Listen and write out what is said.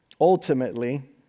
Ultimately